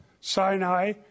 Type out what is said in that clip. sinai